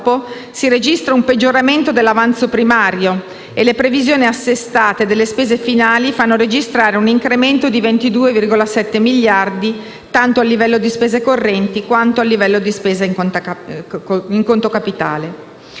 si registra un peggioramento dell'avanzo primario e le previsioni assestate delle spese finali fanno registrare un incremento di 22,7 miliardi, tanto al livello di spese correnti, quanto al livello di spesa in conto capitale.